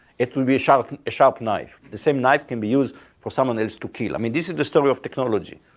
it will be a sharp and sharp knife, the same knife can be used for someone else to kill. i mean this is the story of technology.